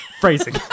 Phrasing